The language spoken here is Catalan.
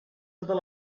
totes